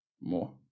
more